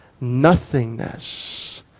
Nothingness